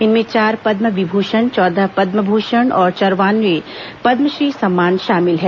इनमें चार पद्म विभूषण चौदह पद्म भूषण और चौरानवे पदमश्री सम्मान शामिल हैं